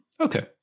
Okay